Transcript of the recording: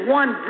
one